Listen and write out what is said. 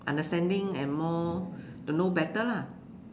understanding and more to know better lah